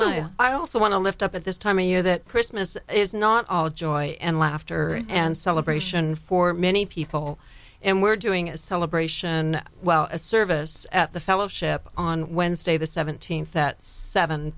mine i also want to lift up at this time of year that christmas is not all joy and laughter and celebration for many people and we're doing a celebration well a service at the fellowship on wednesday the seventeenth that seven